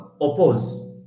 oppose